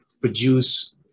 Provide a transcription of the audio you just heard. produce